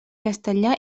castellà